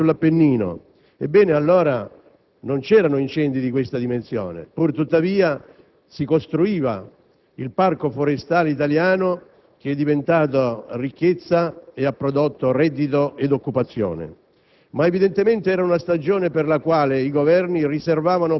dell'Avellinese, agli interventi sull'arco alpino e sull'Appennino), ricordiamo che allora non c'erano incendi di queste dimensioni e pur tuttavia si costruiva il parco forestale italiano, che è diventato ricchezza e ha prodotto reddito ed occupazione.